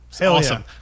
Awesome